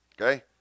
Okay